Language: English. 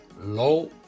low